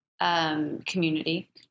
community